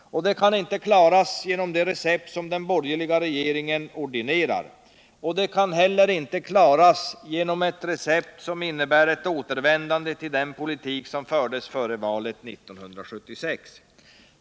Det kan inte klaras genom de recept som den borgerliga regeringen ordinerar, och det kan inte heller klaras genom ett återvändande till den politik som fördes före valet 1976.